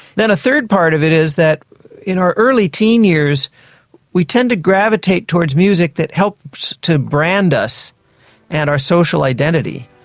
then a third part of it is that in our early teen years we tend to gravitate towards music that helps to brand us and our social identity.